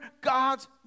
God's